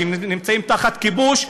שנמצאים תחת כיבוש,